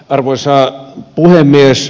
arvoisa puhemies